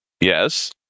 Yes